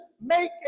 make